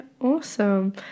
Awesome